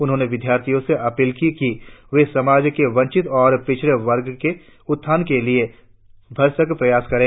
उन्होंने विद्यार्थियों से अपील की कि वे समाज के वंचित और पिछड़े वर्गों के उत्थान के लिए भरसक प्रयास करें